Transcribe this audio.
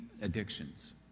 addictions